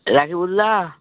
Raju Bolla